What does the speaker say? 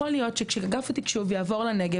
יכול להיות שכשאגף התקשוב יעבור לנגב,